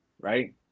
right